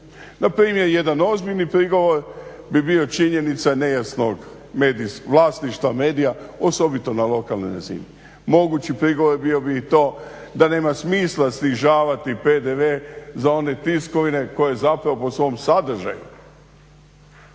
npr. jedan ozbiljni prigovor bi bio činjenica nejasnog vlasništva medija, osobito na lokalnoj razini. Mogući prigovor bio bi i to da nema smisla snižavati PDV za one tiskovine koje zapravo po svom sadržaju